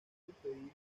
impedir